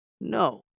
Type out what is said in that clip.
No